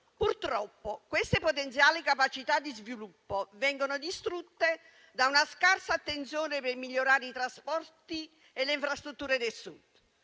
Purtroppo queste potenziali capacità di sviluppo vengono distrutte da una scarsa attenzione per migliorare i trasporti e le infrastrutture del Sud.